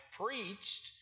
preached